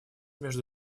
между